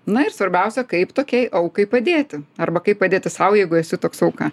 na ir svarbiausia kaip tokiai aukai padėti arba kaip padėti sau jeigu esi toks auka